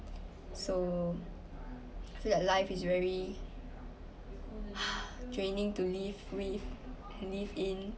so I feel that life is very draining to live with live in